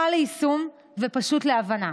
קל ליישום ופשוט להבנה.